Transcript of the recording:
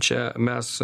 čia mes